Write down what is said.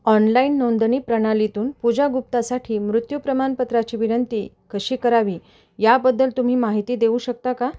online नोंदणी प्रणालीतून पूजा गुप्तासाठी मृत्यू प्रमाणपत्राची विनंती कशी करावी याबद्दल तुम्ही माहिती देऊ शकता का